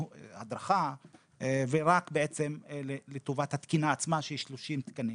הדרכה ורק לטובת התקינה עצמה של 30 תקנים.